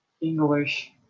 English